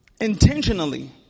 intentionally